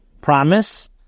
promise